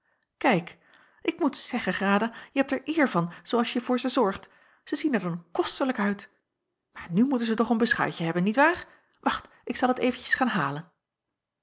kijk ik moet zeggen grada je hebt er eer van zoo als je voor ze zorgt zij zien er dan kostelijk uit maar nu moeten zij toch een beschuitje hebben niet waar wacht ik zal het eventjes gaan halen